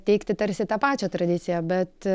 teikti tarsi tą pačią tradiciją bet